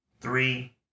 three